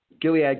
Gilead